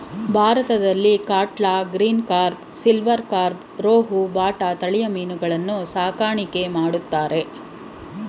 ಭಾರತದಲ್ಲಿ catla, green carp, silver carp, rohu, bata ತಳಿಯ ಮೀನುಗಳನ್ನು ಸಾಕಣೆ ಮಾಡ್ತರೆ